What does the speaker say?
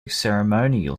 ceremonial